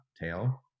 tail